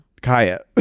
kaya